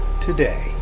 today